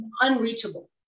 unreachable